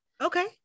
okay